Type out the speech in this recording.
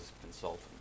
consultant